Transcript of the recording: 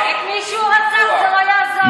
את מי שהוא רצח, זה לא יעזור לו.